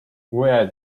where